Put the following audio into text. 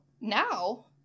now